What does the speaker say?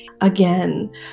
again